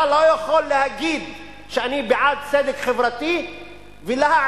אתה לא יכול להגיד שאתה בעד צדק חברתי ולהעלים